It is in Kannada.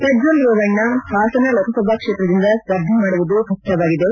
ಪ್ರಜ್ವಲ್ ರೇವಣ್ಣ ಹಾಸನ ಲೋಕಸಭಾ ಕ್ಷೇತ್ರದಿಂದ ಸ್ಪರ್ಧೆ ಮಾಡುವುದು ಖಚಿತವಾಗಿದೆ